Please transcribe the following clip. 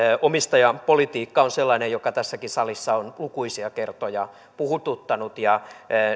omistajapolitiikka on sellainen joka tässäkin salissa on lukuisia kertoja puhututtanut ja